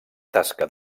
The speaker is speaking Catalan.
tasca